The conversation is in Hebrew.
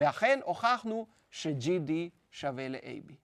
ואכן הוכחנו ש-GD שווה ל-AB.